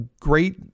great